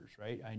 right